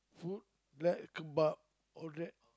food like kebab all that